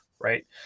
right